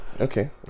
Okay